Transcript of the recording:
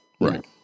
right